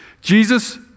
Jesus